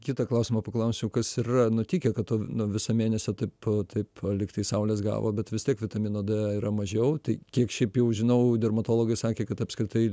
kitą klausimą paklausčiau kas yra nutikę kad t nu visą mėnesį taip taip lygtai saulės gavo bet vis tiek vitamino d yra mažiau tai kiek šiaip jau žinau dermatologai sakė kad apskritai